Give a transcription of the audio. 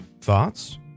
Thoughts